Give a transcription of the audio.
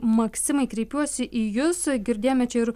maksimai kreipiuosi į jus girdėjome čia ir